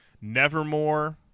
nevermore